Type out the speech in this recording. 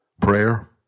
prayer